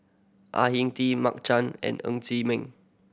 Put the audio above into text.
Au Hing Tee Mark Chan and Ng Chee Meng